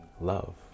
love